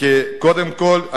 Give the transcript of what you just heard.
קודם כול,